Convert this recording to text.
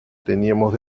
teníamos